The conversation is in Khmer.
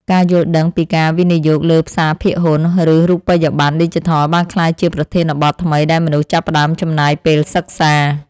ការយល់ដឹងពីការវិនិយោគលើផ្សារភាគហ៊ុន ឬរូបិយបណ្ណឌីជីថលបានក្លាយជាប្រធានបទថ្មីដែលមនុស្សចាប់ផ្ដើមចំណាយពេលសិក្សា។